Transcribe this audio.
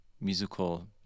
musical